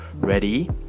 Ready